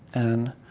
and